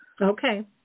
Okay